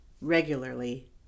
regularly